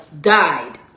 died